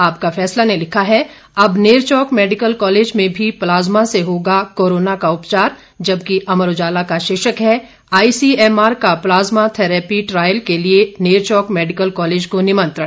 आपका फैसला ने लिखा है अब नेरचौक मेडिकल कॉलेज में भी प्लाज्मा से होगा कोरोना का उपचार जबकि अमर उजाला का शीर्षक है आईसीएमआर का प्लाज्मा थेरेपी ट्रायल के लिये नेरचौक मेडिकल कॉलेज को निमंत्रण